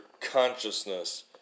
consciousness